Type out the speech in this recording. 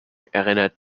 erinnert